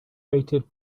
rated